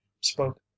spoke